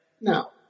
No